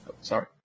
Sorry